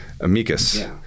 amicus